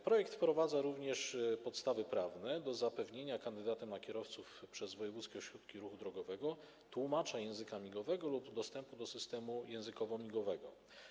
Projekt wprowadza również podstawy prawne do zapewnienia kandydatom na kierowców przez wojewódzkie ośrodki ruchu drogowego tłumacza języka migowego lub dostępu do systemu językowo-migowego.